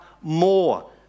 more